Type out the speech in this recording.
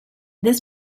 this